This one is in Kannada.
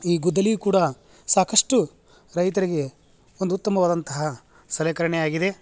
ಈ ಗುದ್ದಲಿ ಕೂಡ ಸಾಕಷ್ಟು ರೈತರಿಗೆ ಒಂದು ಉತ್ತಮವಾದಂತಹ ಸಲಕರ್ಣೆ ಆಗಿದೆ